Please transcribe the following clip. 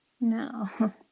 No